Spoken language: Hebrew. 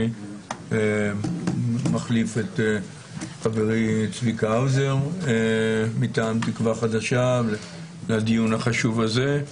אני מחליף את חברי צביקה האוזר מטעם תקווה חדשה בדיון החשוב הזה.